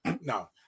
no